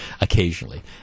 occasionally